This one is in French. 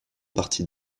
partie